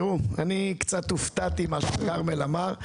אני קצת הופתעתי ממה שכרמל אמר,